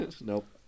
Nope